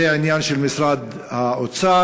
וזה עניין של משרד האוצר.